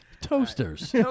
toasters